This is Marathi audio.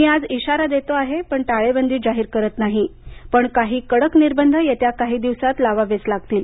मी आज इशारा देतो आहे टाळेबंदी जाहीर करत नाही पण काही कडक निर्बंध येत्या काही दिवसांत लावावेच लागतील